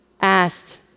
asked